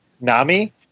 Nami